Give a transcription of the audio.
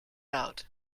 out